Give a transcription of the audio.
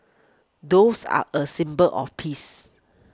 doves are a symbol of peace